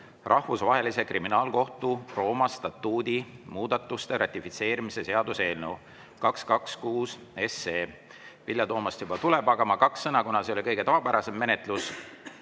Rahvusvahelise Kriminaalkohtu Rooma statuudi muudatuste ratifitseerimise seaduse eelnõu 226. Vilja Toomast juba tuleb, aga ma ütlen veel kaks sõna, kuna see ei ole kõige tavapärasem menetlus,